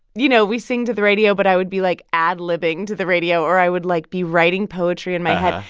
you know? we sing to the radio. but i would be, like, ad-libbing to the radio or i would, like, be writing poetry in my head.